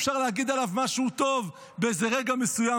אפשר להגיד עליו משהו טוב באיזה רגע מסוים,